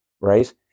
Right